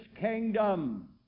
kingdom